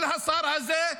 של השר הזה,